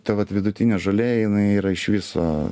ta vat vidutinė žolė jinai yra iš viso